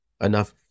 enough